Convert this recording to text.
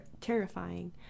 terrifying